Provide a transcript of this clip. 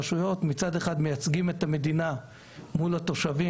מייצגים את המדינה מול התושבים